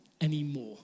anymore